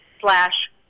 slash